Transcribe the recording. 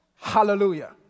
Hallelujah